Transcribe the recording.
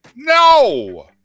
No